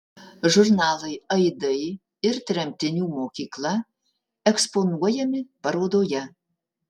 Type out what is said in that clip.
žurnalai aidai ir tremtinių mokykla eksponuojami parodoje